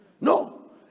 No